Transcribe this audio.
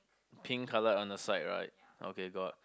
pink color on the side right okay got